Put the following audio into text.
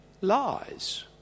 lies